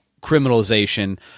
criminalization